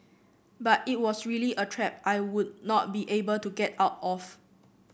but it was really a trap I would not be able to get out of